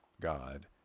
God